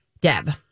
Deb